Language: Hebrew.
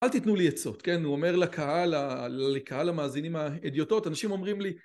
אל תתנו לי את זאת כן הוא אומר לקהל המאזינים האדיוטות אנשים אומרים לי